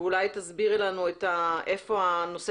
סוכנים ואולי תסבירי לנו איפה נמצא